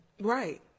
Right